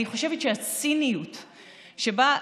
אני חושבת שהציניות שבאה,